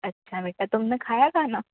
अच्छा बेटा तुम ने खाया खाना